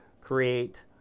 create